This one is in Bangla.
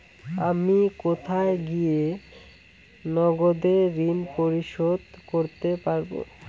আমি কোথায় গিয়ে নগদে ঋন পরিশোধ করতে পারবো?